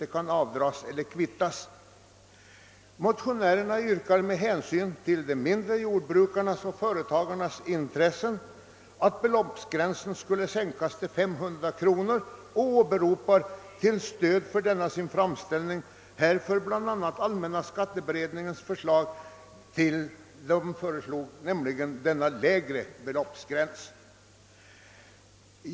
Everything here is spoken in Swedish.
Motionärerna yrkar med hänsyn till de mindre jordbrukarnas och företagarnas intressen att beloppsgränsen skall sänkas till 500 kronor och åberopar till stöd för denna sin framställning bl.a. allmänna skatteberedningens förslag. Denna föreslog nämligen denna lägre beloppsgräns.